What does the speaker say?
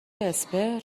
اسپرم